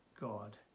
God